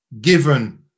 given